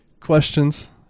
questions